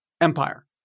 Empire